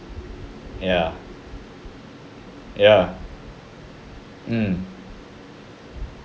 ya ya mm